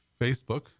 Facebook